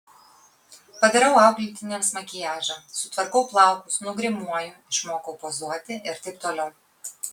padarau auklėtiniams makiažą sutvarkau plaukus nugrimuoju išmokau pozuoti ir taip toliau